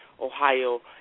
Ohio